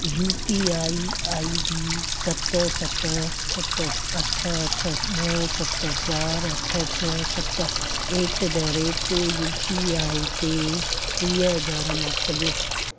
U P I I D सत सत सत अठ अठ ॿ सत चारि अठ छह सत at the rate U P I ते टीह हज़ार मोकिलियो